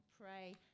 pray